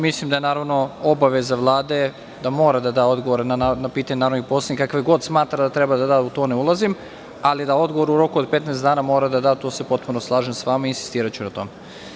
Mislim da je obaveza Vlade da mora da daje odgovora na pitanja narodnih poslanika, kakve god smatra da treba da da, u to ne ulazim, ali da odgovor u roku od 15 dana mora da da tu se potpuno slažem sa vama i insistiraću na tome.